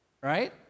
right